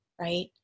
right